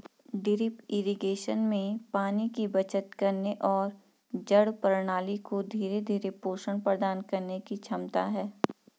drip irrigation में पानी की बचत करने और जड़ प्रणाली को धीरे धीरे पोषण प्रदान करने की क्षमता है